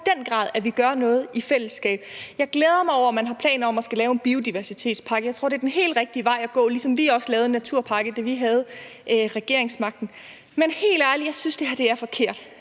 kræver i den grad, at vi gør noget i fællesskab. Jeg glæder mig over, at man har planer om at skulle lave en biodiversitetspakke, og jeg tror, det er den helt rigtige vej at gå, ligesom vi også lavede en naturpakke, da vi havde regeringsmagten. Men helt ærligt, jeg synes, det her er forkert,